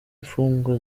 imfungwa